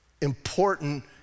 important